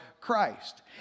Christ